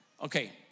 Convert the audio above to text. Okay